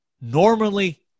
normally